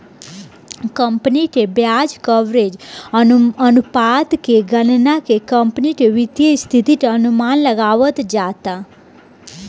company के ब्याज coverage अनुपात के गणना के कंपनी के वित्तीय स्थिति के अनुमान लगावल जाता